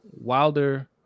Wilder